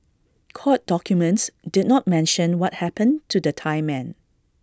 court documents did not mention what happened to the Thai men